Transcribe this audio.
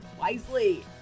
wisely